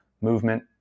movement